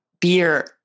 beer